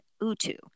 Utu